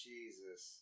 Jesus